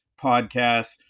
podcast